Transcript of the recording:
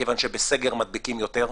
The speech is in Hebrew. כיוון שבסגר מדביקים יותר,